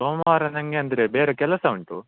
ಸೋಮವಾರ ನನಗೆ ಅಂದರೆ ಬೇರೆ ಕೆಲಸ ಉಂಟು